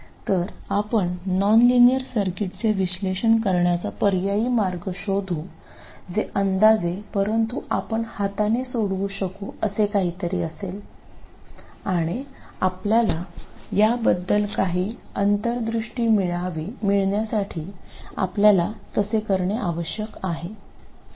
तर आपण नॉनलिनियर सर्किट्सचे विश्लेषण करण्याचा पर्यायी मार्ग शोधू जे अंदाजे परंतु आपण हाताने सोडवू शकू असे काहीतरी आहे आणि आपल्या याबद्दल काही अंतर्दृष्टी मिळविण्यासाठी आपल्याला तसे करणे आवश्यक आहे